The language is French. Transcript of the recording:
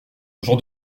j’en